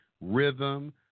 rhythm